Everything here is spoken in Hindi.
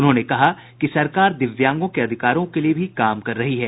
उन्होंने कहा कि सरकार दिव्यांगों के अधिकारों के लिए भी काम कर रही है